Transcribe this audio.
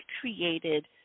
created